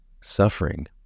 suffering